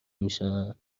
میشم